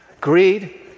Greed